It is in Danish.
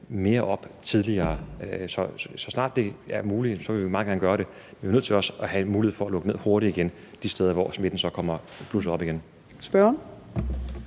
mere op tidligere. Så snart det er muligt, vil vi meget gerne gøre det, men vi bliver nødt til også at have en mulighed for at lukke ned hurtigt igen de steder, hvor smitten så blusser op igen.